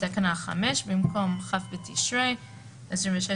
בתקנה 5 לתקנות העיקריות במקום "כ' בתשרי התשפ"ב (26